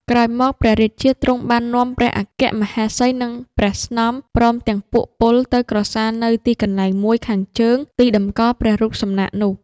ក្រោយមកព្រះរាជាទ្រង់បាននាំព្រះរាជអគ្គមហេសី នឹងព្រះស្នំ ព្រមទាំងពួកពល ទៅក្រសាលនៅទីកន្លែងមួយខាងជើងទីតម្កល់ព្រះរូបសំណាកនោះ។